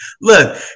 look